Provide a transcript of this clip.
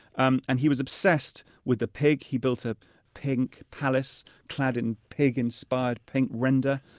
um and he was obsessed with the pig. he built a pink palace clad in pig-inspired pink render.